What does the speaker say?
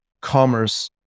commerce